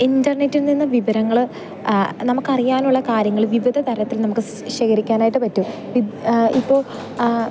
ഇൻ്റർനെറ്റിൽ നിന്ന് വിവരങ്ങൾ നമുക്ക് അറിയാനുള്ള കാര്യങ്ങൾ വിവിധ തരത്തിൽ നമുക്ക് ശേഖരിക്കാനായിട്ട് പറ്റും ഇപ്പോൾ ആ